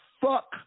fuck